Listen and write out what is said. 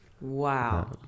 Wow